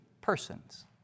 persons